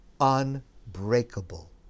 unbreakable